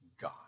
God